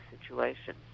situation